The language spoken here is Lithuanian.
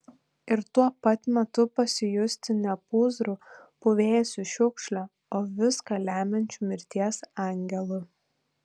ir tuo pat metu pasijusti ne pūzru puvėsiu šiukšle o viską lemiančiu mirties angelu